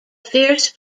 fierce